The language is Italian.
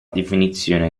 definizione